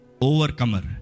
overcomer